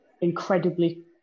incredibly